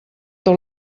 tot